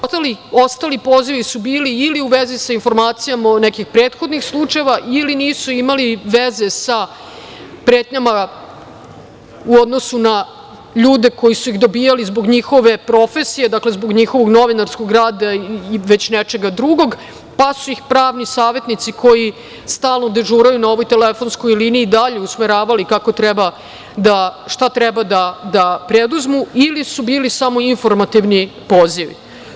Ostali pozivi su bili ili u vezi sa informacijama o nekim prethodnim slučajevima ili nisu imali veze sa pretnjama u odnosu na ljude koji su ih dobijali zbog njihove profesije, dakle zbog njihovog novinarskog rada i već nečega drugog, pa su ih pravni savetnici koji stalno dežuraju na ovoj telefonskoj liniji dalje usmeravali kako treba, šta treba da preduzmu ili su bili samo informativni pozivi.